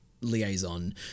liaison